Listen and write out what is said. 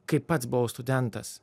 kai pats buvau studentas